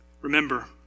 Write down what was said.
Remember